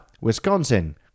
Wisconsin